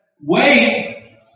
wait